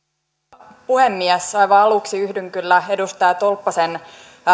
arvoisa puhemies aivan aluksi yhdyn kyllä edustaja tolppasen